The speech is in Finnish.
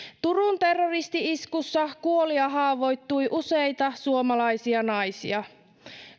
turun terroristi iskussa kuoli ja haavoittui useita suomalaisia naisia